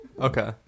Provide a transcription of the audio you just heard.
Okay